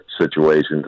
situations